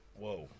whoa